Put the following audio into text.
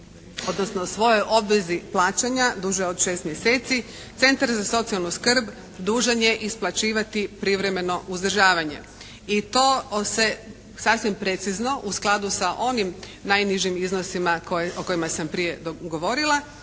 odnosno svojoj obvezi plaćanja duže od 6 mjeseci Centar za socijalnu skrb dužan je isplaćivati privremeno uzdržavanje i to se sasvim precizno u skladu sa onim najnižim iznosima o kojima sam prije govorila